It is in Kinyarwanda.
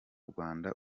rwanda